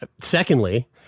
Secondly